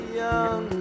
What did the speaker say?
young